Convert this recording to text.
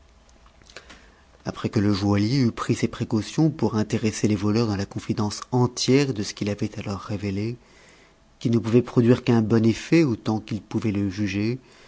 apres que le joaillier eut pris ces précautions pour intéresser les voleurs hns la confidence entière de ce qu'il avait à leur révéler qui ne pouvait m'oduire qu'un bon effet autant qu'il pouvait le juger